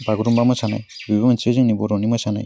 बागुरुम्बा मोसानाय बेबो मोनसे जोंनि बर'नि मोसानाय